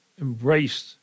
embraced